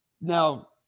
Now